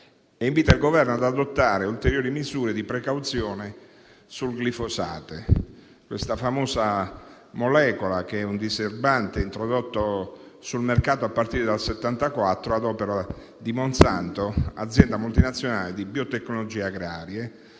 invita il Governo ad adottare ulteriori misure di precauzione sul glifosato: una molecola molto conosciuta, un diserbante introdotto sul mercato a partire dal 1974 ad opera della Monsanto, un'azienda multinazionale di biotecnologie agrarie